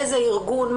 מאיזה ארגון?